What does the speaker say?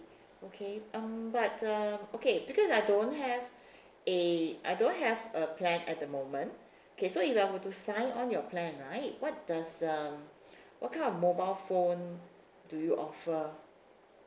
okay um but um okay because I don't have a I don't have a plan at the moment okay so if I were to sign on your plan right what does um what kind of mobile phone do you offer